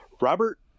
robert